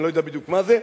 אני לא יודע בדיוק מה זה,